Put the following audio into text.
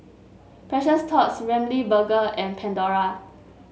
Precious Thots Ramly Burger and Pandora